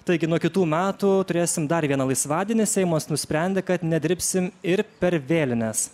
taigi nuo kitų metų turėsim dar vieną laisvadienį seimas nusprendė kad nedirbsim ir per vėlines